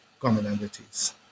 commonalities